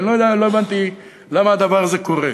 לא הבנתי למה הדבר הזה קורה.